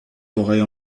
forêts